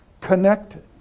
connected